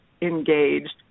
engaged